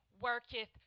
worketh